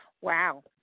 Wow